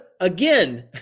again